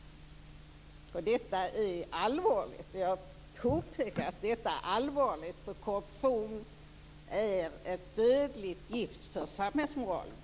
Detta är allvarligt. Jag påpekar att det är allvarligt, för korruption är ett dödligt gift för samhällsmoralen.